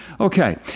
Okay